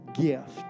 gift